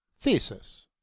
Thesis